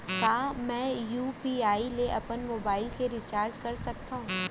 का मैं यू.पी.आई ले अपन मोबाइल के रिचार्ज कर सकथव?